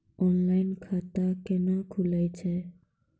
Online खाता केना खुलै छै?